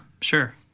sure